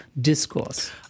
discourse